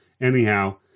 Anyhow